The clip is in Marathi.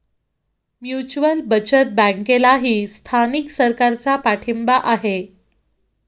म्युच्युअल बचत बँकेलाही स्थानिक सरकारचा पाठिंबा आहे